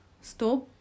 stop